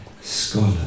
scholar